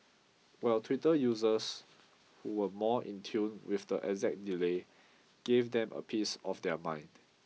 while Twitter users who were more in tune with the exact delay gave them a piece of their mind